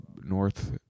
North